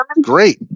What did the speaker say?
great